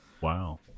Wow